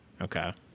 Okay